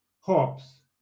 hops